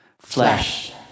Flesh